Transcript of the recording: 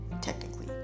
Technically